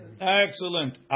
Excellent